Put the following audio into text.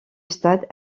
stade